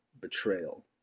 betrayal